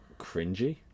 cringy